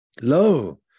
Lo